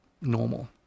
normal